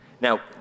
Now